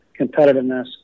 competitiveness